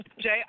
Jay